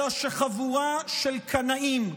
אלא שחבורה של קנאים,